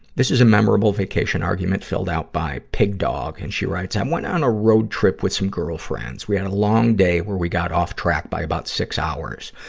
this is a memorable vacation argument filled out by pig dog, and she writes, i went on a road trip with some girlfriends. we had a long day, where we got off track by about six hours.